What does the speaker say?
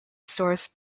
stores